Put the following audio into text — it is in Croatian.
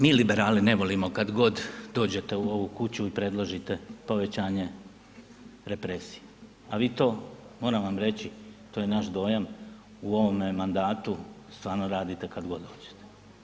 Mi liberali ne volimo kad god dođete u ovu kuću i predložite povećanje represije, a vi to, moram vam reći, to je naš dojam, u ovome mandatu, stvarno radite kad god dođete.